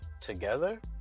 together